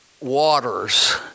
waters